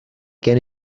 gen